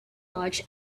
large